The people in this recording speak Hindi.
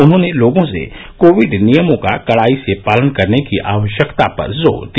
उन्होंने लोगों से कोविड नियमों का कड़ाई से पालन करने की आवश्यकता पर जोर दिया